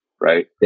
Right